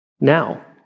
Now